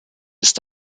ist